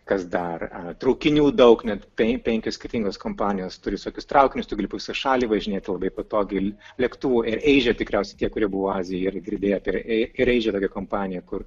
kas dar traukinių daug net pen penkios skirtingos kompanijos turi tokius traukinius tu gali po visą šalį važinėti labai patogiai lėktuvų ireidžer tikriausiai tie kurie buvo azijoj yra girdėję apie ireidžer tokią kompaniją kur